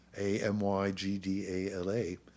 A-M-Y-G-D-A-L-A